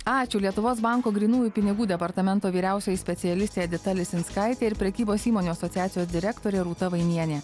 ačiū lietuvos banko grynųjų pinigų departamento vyriausioji specialistė edita lisinskaitė ir prekybos įmonių asociacijos direktorė rūta vainienė